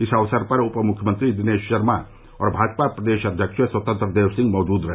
इस अवसर पर उप मुख्यमंत्री दिनेश शर्मा और भाजपा प्रदेश अध्यक्ष स्वतंत्र देव सिंह मौजूद रहे